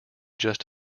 just